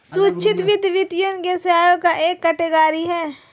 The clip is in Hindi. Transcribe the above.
सूक्ष्म वित्त, वित्तीय सेवाओं का एक कैटेगरी है